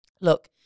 look